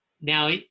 Now